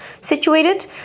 situated